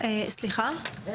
רבה.